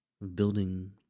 building